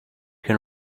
can